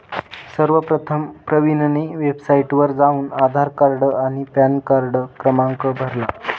सर्वप्रथम प्रवीणने वेबसाइटवर जाऊन आधार कार्ड आणि पॅनकार्ड क्रमांक भरला